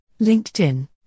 LinkedIn